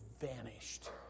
vanished